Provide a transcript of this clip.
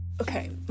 Okay